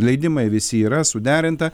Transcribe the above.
leidimai visi yra suderinta